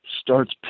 starts